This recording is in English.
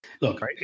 Look